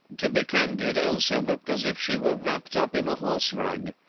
to be candid, elsa looked as if she were wrapped up in a horse-rug.